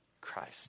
Christ